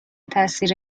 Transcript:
تاثیر